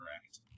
correct